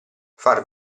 far